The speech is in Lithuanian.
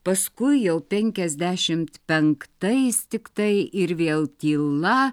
paskui jau penkiasdešimt penktais tiktai ir vėl tyla